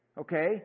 Okay